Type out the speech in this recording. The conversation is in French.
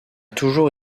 toujours